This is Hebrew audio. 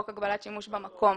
חוק הגבלת שימוש במקום.